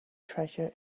treasure